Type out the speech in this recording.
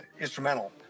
instrumental